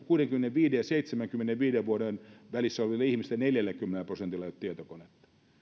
kuudenkymmenenviiden viiva seitsemänkymmenenviiden vuoden välissä olevista ihmisistä neljälläkymmenellä prosentilla ei ole tietokonetta